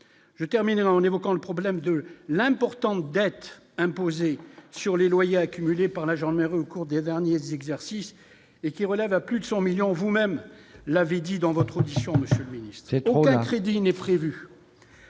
je terminerai en évoquant le problème de l'importante dette imposée sur les loyers accumulées par l'agent mais au cours des derniers exercices et qui relève à plus de 100 millions vous-même l'avez dit dans votre ministère trop crédit n'est prévue